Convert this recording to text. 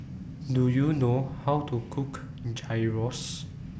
Do YOU know How to Cook Gyros